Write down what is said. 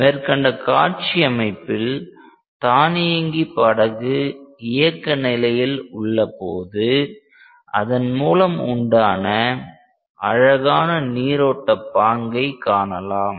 மேற்கண்ட காட்சியமைப்பில் தானியங்கி படகு இயக்க நிலையில் உள்ள போது அதன் மூலம் உண்டான அழகான நீரோட்ட பாங்கை காணலாம்